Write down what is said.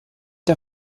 der